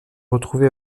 retrouvé